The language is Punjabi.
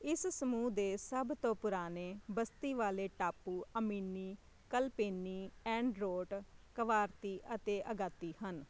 ਇਸ ਸਮੂਹ ਦੇ ਸਭ ਤੋਂ ਪੁਰਾਣੇ ਬਸਤੀ ਵਾਲੇ ਟਾਪੂ ਅਮੀਨੀ ਕਲਪੇਨੀ ਐਂਡਰੋਟ ਕਵਾਰਤੀ ਅਤੇ ਅਗਾਤੀ ਹਨ